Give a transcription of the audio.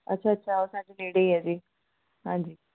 ਅੱਛਾ ਅੱਛਾ ਉਹ ਸਾਡੇ ਨੇੜੇ ਹੈ ਜੀ ਹਾਂਜੀ